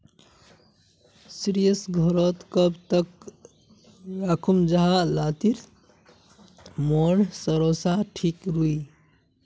सरिस घोरोत कब तक राखुम जाहा लात्तिर मोर सरोसा ठिक रुई?